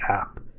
app